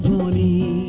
money